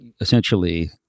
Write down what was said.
essentially